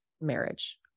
marriage